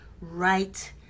right